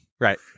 Right